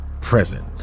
present